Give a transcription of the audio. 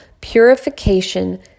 purification